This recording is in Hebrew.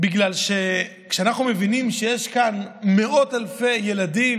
בגלל שכשאנחנו מבינים שיש כאן מאות אלפי ילדים